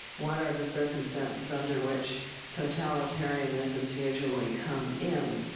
what are the circumstances under which totalitarianisms usually come in